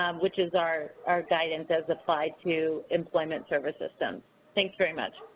um which is our our guidance as applied to employment service systems. thanks very much.